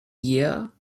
year